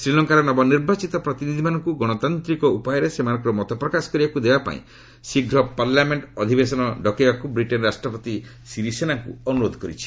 ଶ୍ରୀଲଙ୍କାର ନିର୍ବାଚିତ ପ୍ରତିନିଧିମାନଙ୍କୁ ଗଣତାନ୍ତିକ ଉପାୟରେ ସେମାନଙ୍କର ମତ ପ୍ରକାଶ କରିବାକୁ ଦେବାପାଇଁ ଶୀଘ୍ର ପାର୍ଲାମେଣ୍ଟ ଅଧିବେଶନ ଡକାଇବାକୁ ବ୍ରିଟେନ୍ ରାଷ୍ଟ୍ରପତି ସିରିସେନାଙ୍କୁ ଅନୁରୋଧ କରିଛି